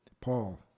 Paul